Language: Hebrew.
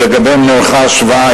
שלגביהן נערכה השוואה,